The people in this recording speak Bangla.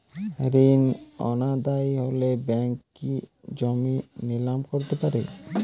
ঋণ অনাদায়ি হলে ব্যাঙ্ক কি জমি নিলাম করতে পারে?